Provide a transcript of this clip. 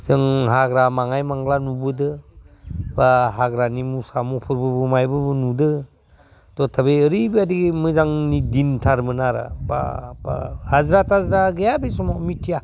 जोंहा हाग्रा बाङाय बांला नुबोदों बा हाग्रानि मोसा मोफौ मायबाबो नुदों थथाबि ओरैबादि मोजांनि दिनथार बा बा हाजिरा थाजिरा गैया बे समाव मिथिया